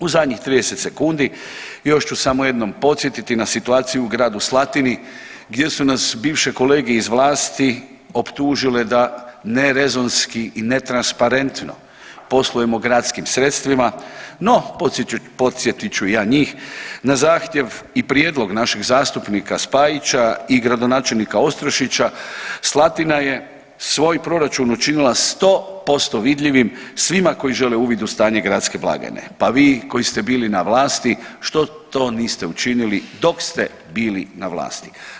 U zadnjih 30 sekundi još ću samo jednom podsjetiti na situaciju u gradu Slatini gdje su nas bivše kolege iz vlasti optužile da ne rezonski i ne transparentno poslujemo gradskim sredstvima, no podsjetit ću ja njih na zahtjev i prijedlog našeg zastupnika Spajića i gradonačelnika Ostrošića, Slatina je svoj proračun učinila 100% vidljivim svima koji žele uvid u stanje gradske blagajne, pa vi koji ste bili na vlasti što to niste učinili dok ste bili na vlasti?